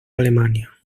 alemania